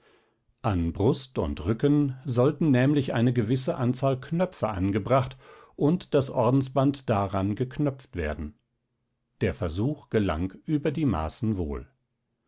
an brust und rücken sollten nämlich eine gewisse anzahl knöpfe angebracht und das ordensband daran geknöpft werden der versuch gelang über die maßen wohl